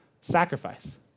Sacrifice